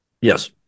Yes